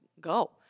go